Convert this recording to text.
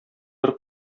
бер